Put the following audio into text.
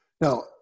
now